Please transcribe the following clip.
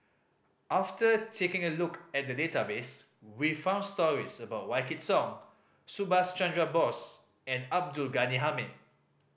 after taking a look at the database we found stories about Wykidd Song Subhas Chandra Bose and Abdul Ghani Hamid